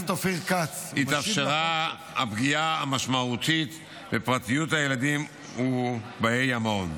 התאפשרה הפגיעה המשמעותית בפרטיות הילדים ובאי המעון.